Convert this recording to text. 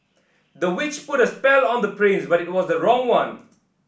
the witch put a spell on the prince but it was the wrong one